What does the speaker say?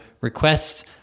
requests